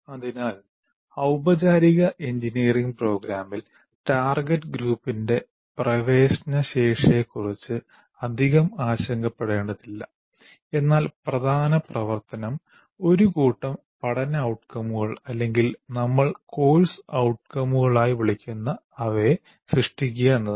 അതിനാൽ ഔപചാരിക എഞ്ചിനീയറിംഗ് പ്രോഗ്രാമിൽ ടാർഗെറ്റ് ഗ്രൂപ്പിന്റെ പ്രവേശന ശേഷിയെകുറിച്ച് അധികം ആശങ്കപ്പെടേണ്ടതില്ല എന്നാൽ പ്രധാന പ്രവർത്തനം ഒരു കൂട്ടം പഠന ഔട്കമുകൾ അല്ലെങ്കിൽ നമ്മൾ കോഴ്സ് ഔട്കങ്ങളായി വിളിക്കുന്ന അവയെ സൃഷ്ടിക്കുക എന്നതാണ്